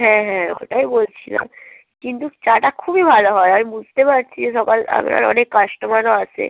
হ্যাঁ হ্যাঁ ওটাই বলছিলাম কিন্তু চাটা খুবই ভালো হয় আমি বুঝতে পারছি যে সকাল আপনার অনেক কাস্টোমারও আসে